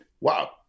wow